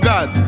God